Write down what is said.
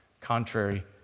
contrary